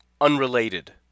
unrelated